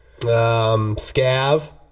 Scav